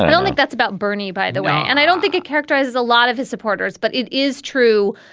don't think that's about bernie. by the way, and i don't think it characterizes a lot of his supporters. but it is true.